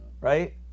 Right